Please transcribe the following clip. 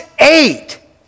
eight